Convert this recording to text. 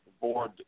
board